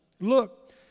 Look